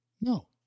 No